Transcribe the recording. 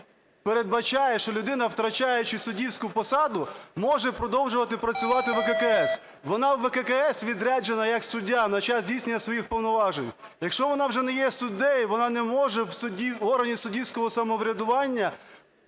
передбачає, що людина, втрачаючи суддівську посаду, може продовжувати працювати у ВККС. Вона в ВККС відряджена як суддя на час здійснення своїх повноважень. Якщо вона вже не є суддею, вона не може в органі суддівського самоврядування